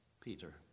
Peter